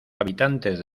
habitantes